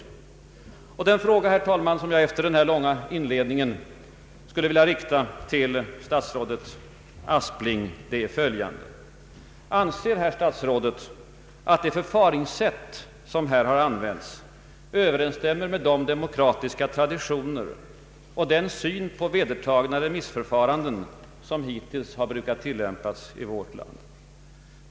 Den fråga, herr talman, som jag efter denna långa inledning skulle vilja rikta till statsrådet Aspling är följande: Anser herr statsrådet att det förfaringssätt som här har använts överensstämmer med de demokratiska traditioner och den syn på det vedertagna remissförfarandet såsom detta hittills brukat tillämpas i vårt land?